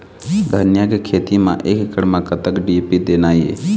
धनिया के खेती म एक एकड़ म कतक डी.ए.पी देना ये?